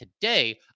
today